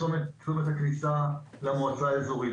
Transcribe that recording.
צומת הכניסה למועצה האזורית,